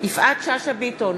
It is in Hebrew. יפעת שאשא ביטון,